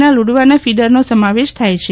ના લુડવાના ફીડરનો સમાવેશ થાય છે